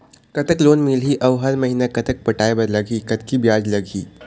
कतक लोन मिलही अऊ हर महीना कतक पटाए बर लगही, कतकी ब्याज लगही?